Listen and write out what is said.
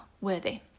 worthy